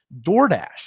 DoorDash